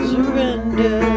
Surrender